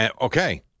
okay